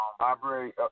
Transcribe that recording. library